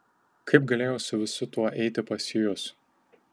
kaip galėjau su visu tuo eiti pas jus